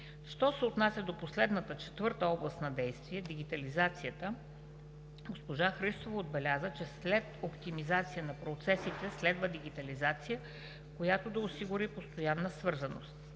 Що се отнася до последната четвърта област на действие – дигитализацията, госпожа Христова отбеляза, че след оптимизация на процесите следва дигитализация, която да осигури постоянна свързаност.